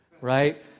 Right